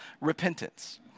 repentance